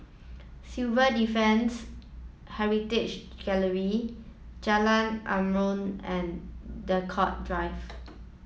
Civil Defence Heritage Gallery Jalan Aruan and Draycott Drive